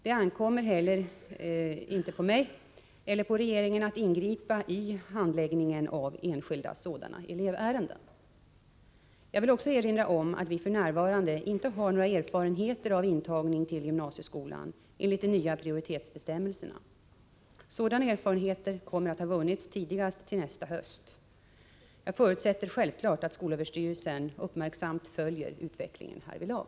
Det ankommer inte heller på mig eller på regeringen att ingripa i handläggningen av enskilda sådana elevärenden. Jag vill också erinra om att vi f. n. inte har några erfarenheter av intagning till gymnasieskolan enligt de nya prioritetsbestämmelserna. Sådana erfarenheter kommer att ha vunnits tidigast till nästa höst. Jag förutsätter självfallet att skolöverstyrelsen uppmärksamt följer utvecklingen härvidlag.